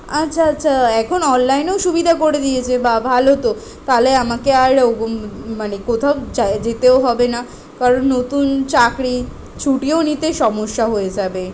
আচ্ছা আচ্ছা এখন অললাইনেও সুবিধা করে দিয়েছে বা ভালো তো তালে আমাকে আর ও মানে কোথাও যায় যেতেও হবে না কারণ নতুন চাকরি ছুটিও নিতে সমস্যা হয়ে যাবে